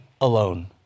alone